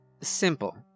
Simple